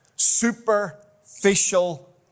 Superficial